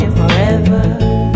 Forever